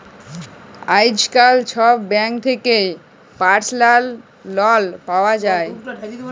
আইজকাল ছব ব্যাংক থ্যাকে পার্সলাল লল পাউয়া যায়